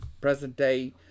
present-day